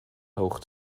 hoog